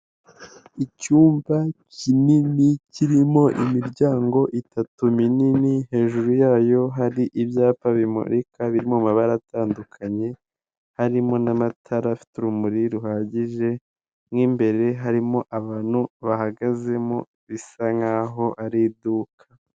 Icyumba kinini kirimo imiryango itatu minini hejuru yayo hari ibyapa bimurika birimo amabara atandukanye harimo n'amatara afite urumuri ruhagije m'imbere harimo abantu bahagazemo bisa nkaho ari iduka.